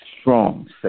strong